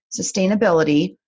sustainability